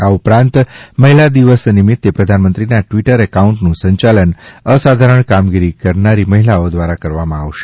આ ઉપરાંત મહિલા દિન નિમિત્તે પ્રધાનમંત્રીના ટિવટર એકાઉન્ટનું સંચાલન અસાધારણ કામગીરી કરનારી મહિલાઓ દ્વારા કરાશે